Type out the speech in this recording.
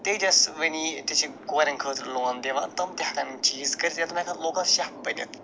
تیجس ؤنی تہِ چھِ کورٮ۪ن خٲطرٕ لون دِوان تِم تہِ ہٮ۪کن یِم چیٖز کٔرِتھ یا تِم ہٮ۪کن لوکل شَف بٔنِتھ